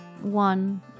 one